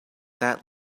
that